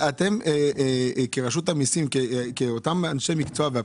כרשות המסים עשיתם עבודה.